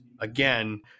again